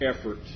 effort